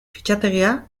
fitxategia